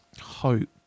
hope